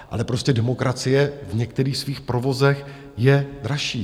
Ale prostě demokracie v některých svých provozech je dražší.